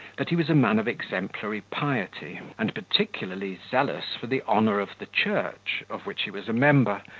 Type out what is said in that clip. that he was a man of exemplary piety and particularly zealous for the honour of the church, of which he was a member,